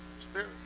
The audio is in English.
Spirit